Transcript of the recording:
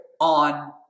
on